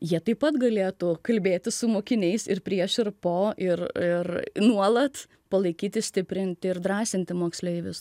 jie taip pat galėtų kalbėti su mokiniais ir prieš ir po ir ir nuolat palaikyti stiprinti ir drąsinti moksleivius